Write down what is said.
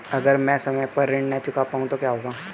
अगर म ैं समय पर ऋण न चुका पाउँ तो क्या होगा?